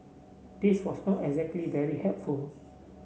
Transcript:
this was not exactly very helpful